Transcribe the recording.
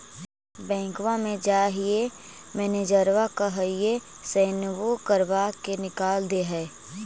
बैंकवा मे जाहिऐ मैनेजरवा कहहिऐ सैनवो करवा के निकाल देहै?